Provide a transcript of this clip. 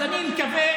אז אני מקווה,